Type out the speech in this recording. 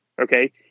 Okay